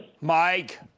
Mike